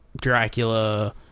Dracula